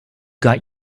got